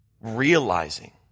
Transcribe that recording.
realizing